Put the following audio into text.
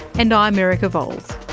and i'm erica vowles,